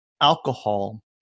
alcohol